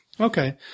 Okay